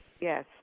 Yes